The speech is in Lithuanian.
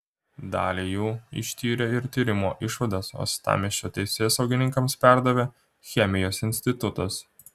dalį jų ištyrė ir tyrimo išvadas uostamiesčio teisėsaugininkams perdavė chemijos institutas